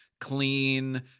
clean